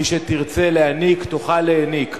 ומי שתרצה להיניק תוכל להיניק,